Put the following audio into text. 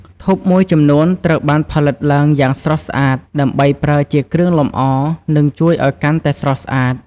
ធូបមួយចំនួនត្រូវបានផលិតឡើងយ៉ាងស្រស់ស្អាត ដើម្បីប្រើជាគ្រឿងលម្អ និងជួយឲ្យកាន់តែស្រស់ស្អាត។